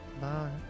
Bye